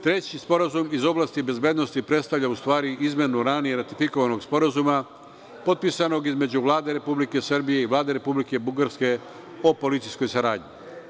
Treći sporazum iz oblasti bezbednosti predstavlja u stvari izmenu ranije ratifikovanog sporazuma, potpisanog između Vlade Republike Srbije i Vlade Republike Bugarske o policijskoj saradnji.